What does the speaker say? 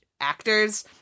actors